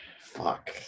Fuck